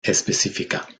específica